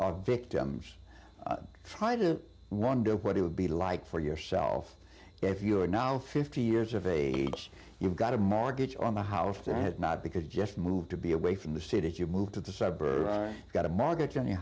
are victims try to wonder what it would be like for yourself if you are now fifty years of age you've got a mortgage on the house that i had not because just moved to be away from the city as you moved to the suburbs got a mortgage